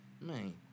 Man